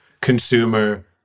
consumer